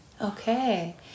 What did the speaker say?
Okay